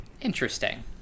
interesting